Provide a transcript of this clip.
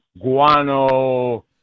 guano